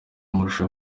amashusho